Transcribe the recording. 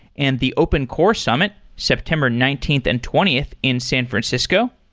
and the open core summit september nineteenth and twentieth in san francisco.